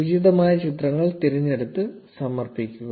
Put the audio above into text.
ഉചിതമായ ചിത്രങ്ങൾ തിരഞ്ഞെടുത്ത് സമർപ്പിക്കുക